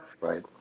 Right